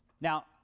Now